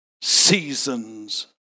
seasons